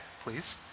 please